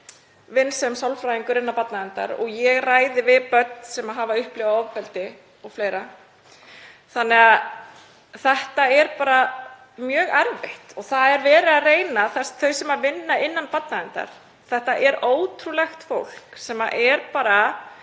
vinn sem sálfræðingur innan barnaverndar og ég ræði við börn sem hafa upplifað ofbeldi og fleira þannig að þetta er bara mjög erfitt. Það er verið að reyna, þau sem vinna innan barnaverndar — þetta er ótrúlegt fólk sem er bara